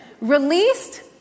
released